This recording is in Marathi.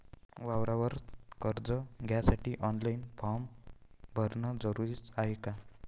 वावराच कर्ज घ्यासाठी ऑनलाईन फारम भरन जरुरीच हाय का?